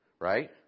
Right